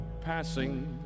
passing